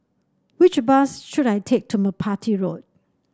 which bus should I take to Merpati Road